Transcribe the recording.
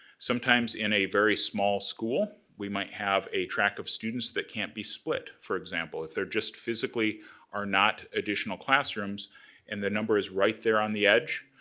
sometimes in a very small school we might have a track of students that can't be split, for example, if they're physically are not additional classrooms and the number is right there on the edge,